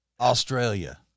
Australia